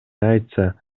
айтса